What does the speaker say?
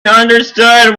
understood